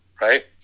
Right